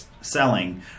selling